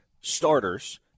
starters